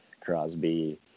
Crosby